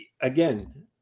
again